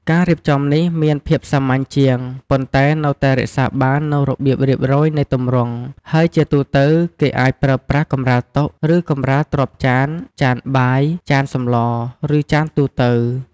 ការរៀបចំនេះមានភាពសាមញ្ញជាង ប៉ុន្តែនៅតែរក្សាបាននូវរបៀបរៀបរយនៃទម្រង់ ហើយជាទូទៅគេអាចប្រើប្រាស់ កម្រាលតុ ឬកម្រាលទ្រាប់ចាន ចានបាយ ចានសម្ល ឬចានទូទៅ។